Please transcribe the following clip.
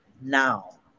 now